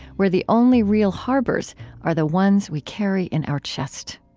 where the only real harbors are the ones we carry in our chest.